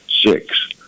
six